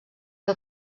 que